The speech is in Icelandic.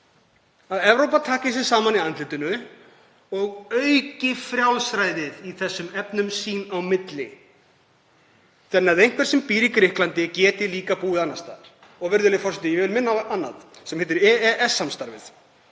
að Evrópa taki sig saman í andlitinu og auki frjálsræðið í þessum efnum sín á milli þannig að einhver sem býr í Grikklandi geti líka búið annars staðar. Ég vil minna á annað sem heitir EES-samstarfið